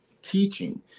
teaching